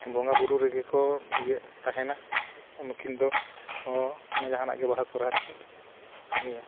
ᱵᱚᱸᱜᱟᱼᱵᱩᱨᱩ ᱨᱮᱜᱮ ᱠᱚ ᱤᱭᱟᱹ ᱛᱟᱦᱮᱱᱟ ᱩᱱᱠᱤᱱ ᱫᱚ ᱡᱟᱦᱟᱱᱟᱜ ᱜᱮ ᱵᱟᱦᱟ ᱥᱚᱦᱨᱟᱭ ᱨᱮ ᱠᱤᱱ ᱠᱟᱹᱢᱤᱭᱟ